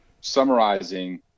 summarizing